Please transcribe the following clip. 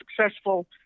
successful